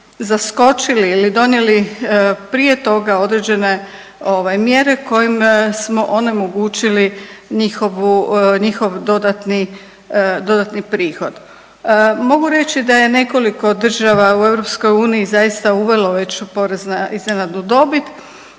zaskočili ili donijeli prije toga određene ovaj mjere kojim smo onemogućili njihovu, njihov dodatni, dodatni prihod. Mogu reći da je nekoliko država u EU zaista uvelo već porezna iznenadnu dobit,